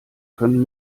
können